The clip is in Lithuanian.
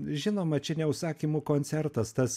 žinoma čia ne užsakymų koncertas tas